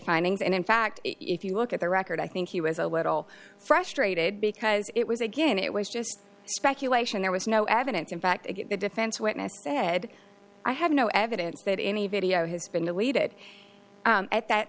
findings and in fact if you look at the record i think he was a little frustrated because it was again it was just speculation there was no evidence in fact the defense witness ahead i have no evidence that any video has been deleted at that